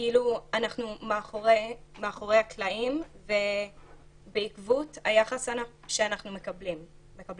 כאילו אנחנו מאחורי הקלעים בעקבות היחס שאנחנו מקבלות.